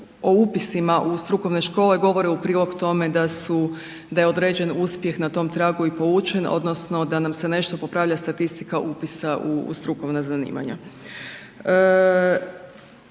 o upisima u strukovne škole govore u prilog tome da je određen uspjeh na tom tragu i polučen odnosno da nam se nešto popravlja statistika upisa u strukovna zanimanja.